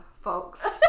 folks